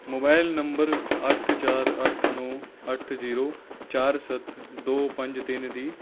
mobile number ਅੱਠ ਚਾਰ ਅੱਠ ਨੌਂ ਅੱਠ ਜੀਰੋ ਚਾਰ ਸੱਤ ਦੋ ਪੰਜ ਤਿੰਨ ਦੀ